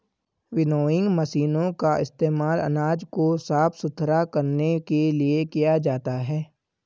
winnowing मशीनों का इस्तेमाल अनाज को साफ सुथरा करने के लिए किया जाता है